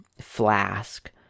Flask